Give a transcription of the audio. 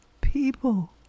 people